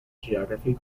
geography